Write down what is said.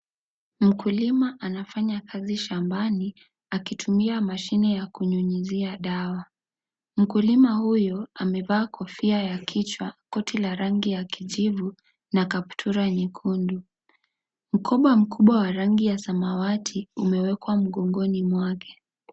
Mkulima anafanya kazi shambani akitumia mashine ya kunyunyuzia dawa, mkulima huyo amevaa kofia ya kichwa, koti la rangi ya kijivu na kaptura nyekundu, mkoba mkubwa wa rangi ya samawati umewekwa mgongoni mwake.